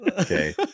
Okay